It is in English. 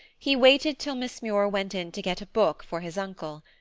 he waited till miss muir went in to get a book for his uncle.